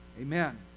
Amen